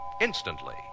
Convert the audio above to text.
Instantly